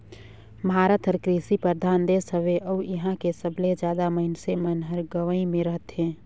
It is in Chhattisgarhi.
भारत हर कृसि परधान देस हवे अउ इहां के सबले जादा मनइसे मन हर गंवई मे रथें